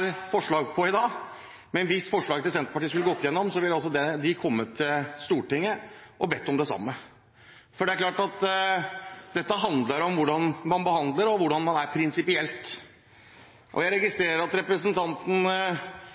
noe forslag på i dag, hvis forslaget til Senterpartiet skulle gått gjennom, da ville kommet til Stortinget og bedt om det samme. For det er klart at dette handler om hvordan man behandler, og om hvordan man er prinsipiell. Jeg registrerer at representanten Micaelsen sier at det er ikke sånn, at dette har ikke de samme konsekvensene som i andre tilfeller, men det må jo være sånn. Og jeg vet at